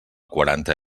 quaranta